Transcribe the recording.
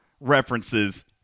references